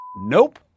nope